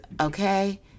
okay